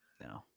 No